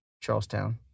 Charlestown